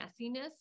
messiness